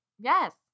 yes